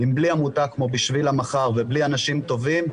ובלי עמותה כמו 'בשביל המחר' ובלי אנשים טובים,